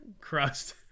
crust